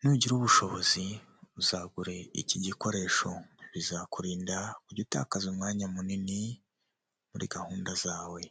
Nugira ubushobozi uzagure iki gikoresho bizakurinda kujya utakaza umwanya munini muri gahunda zawe.